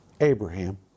Abraham